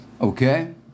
Okay